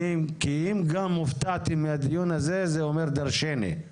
כי, אם גם הופתעתם מהדיון הזה, זה אומר דרשני.